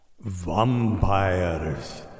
vampires